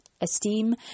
esteem